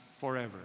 forever